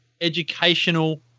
educational